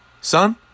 son